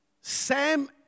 Sam